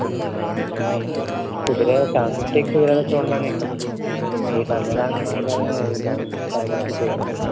కుదిరే సెవెన్ ఫిఫ్టీకి కుదిరేలాగా చూడండి అన్న ఇంకా ఎయిట్ హండ్రెడ్ అంటున్నారు కదా సెవెన్ సెవెన్ ఫిఫ్టీ చేసుకోండి